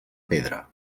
pedra